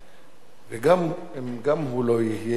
אם גם הוא לא יהיה, אנחנו נשמע את